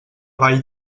vall